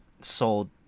sold